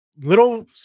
little